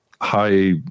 high